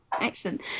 Excellent